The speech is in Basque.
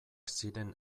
ziren